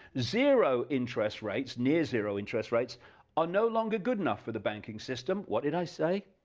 zero interest rates, near zero interest rates are no longer good enough for the banking system, what did i say?